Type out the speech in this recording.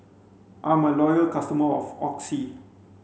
I'm a loyal customer of Oxy